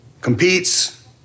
competes